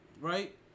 right